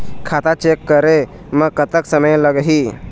खाता चेक करे म कतक समय लगही?